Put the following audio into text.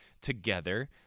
together